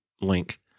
link